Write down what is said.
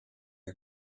you